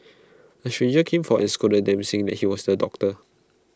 A stranger came for is scolded them saying that he was A doctor